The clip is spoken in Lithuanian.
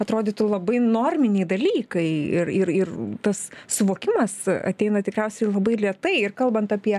atrodytų labai norminiai dalykai ir ir ir tas suvokimas ateina tikriausiai labai lėtai ir kalbant apie